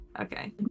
Okay